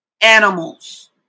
animals